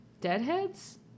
deadheads